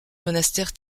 monastère